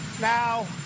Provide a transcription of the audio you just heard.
Now